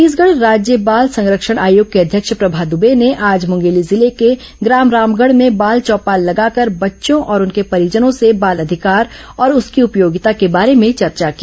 छत्तीसगढ़ राज्य बाल संरक्षण आयोग की अध्यक्ष प्रभा दुबे ने आज मुंगेली जिले के ग्राम रामगढ़ में बाल चौपाल लगाकर बच्चों और उनके परिजनों से बाल अधिकार और उसकी उपयोगिता के बारे में चर्चा की